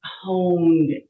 honed